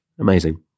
Amazing